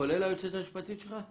היועץ המשפטי לממשלה".